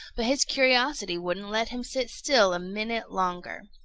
but his curiosity wouldn't let him sit still a minute longer.